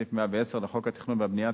סעיף 110 לחוק התכנון והבנייה,